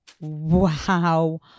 Wow